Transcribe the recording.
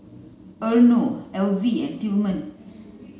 Arno Elzie and Tilman